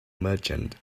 merchant